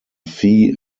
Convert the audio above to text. phi